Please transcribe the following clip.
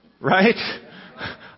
Right